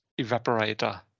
evaporator